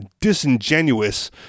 disingenuous